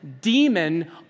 demon